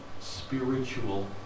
spiritual